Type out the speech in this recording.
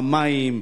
המים,